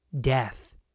death